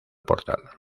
portal